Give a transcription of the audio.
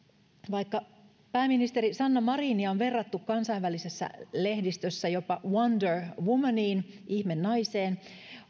vaikka pääministeri sanna marinia on verrattu kansainvälisessä lehdistössä jopa wonder womaniin ihmenaiseen